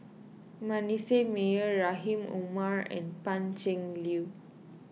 Manasseh Meyer Rahim Omar and Pan Cheng Lui